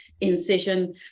incision